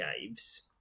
caves